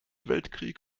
weltkrieg